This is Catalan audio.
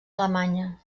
alemanya